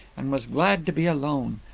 and was glad to be alone.